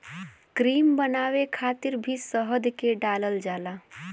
cream बनावे खातिर भी शहद के डालल जाला